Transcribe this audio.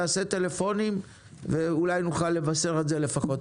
תעשה טלפונים ואולי נוכל לבשר את זה לפחות.